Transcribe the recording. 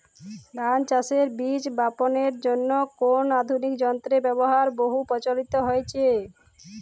ধান চাষের বীজ বাপনের জন্য কোন আধুনিক যন্ত্রের ব্যাবহার বহু প্রচলিত হয়েছে?